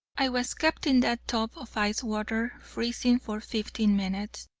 i was kept in that tub of ice-water, freezing, for fifteen minutes,